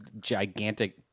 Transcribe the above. gigantic